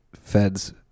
Fed's